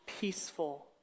peaceful